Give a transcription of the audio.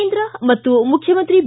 ಕೇಂದ್ರ ಪಾಗೂ ಮುಖ್ಯಮಂತ್ರಿ ಬಿ